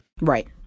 Right